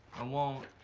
i won't.